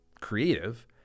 creative